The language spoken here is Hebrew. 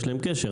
יש להם קשר.